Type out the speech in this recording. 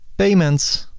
payments